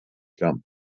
jump